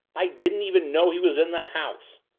i didn't even know he was in the house!